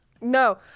No